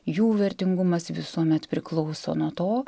jų vertingumas visuomet priklauso nuo to